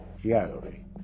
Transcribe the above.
geography